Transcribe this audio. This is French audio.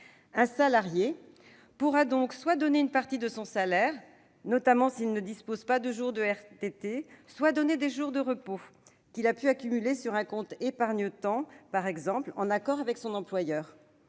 Un salarié pourra donc soit donner une partie de son salaire, notamment s'il ne dispose pas de jours de RTT, soit donner les jours de repos qu'il a pu accumuler sur un compte épargne-temps, par exemple, en accord avec son employeur.